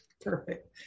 Perfect